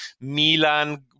Milan